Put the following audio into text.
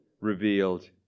revealed